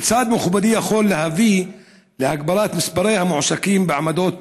כיצד מכובדי יכול להביא להגברת מספרי המועסקים בעמדות,